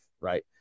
Right